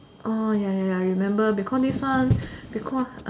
orh ya ya ya you remember because this one because